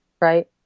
right